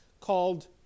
called